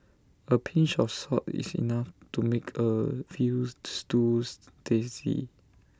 A pinch of salt is enough to make A Veal Stews tasty